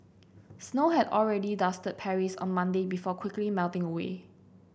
snow had already dusted Paris on Monday before quickly melting away